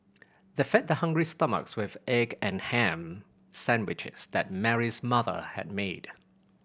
they fed their hungry stomachs with egg and ham sandwiches that Mary's mother had made